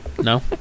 No